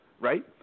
right